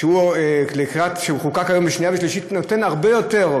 אבל מי שרואה את החוק כשנכנס לוועדה שלך וכשהוא יצא מהוועדה שלך,